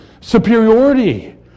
superiority